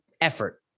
effort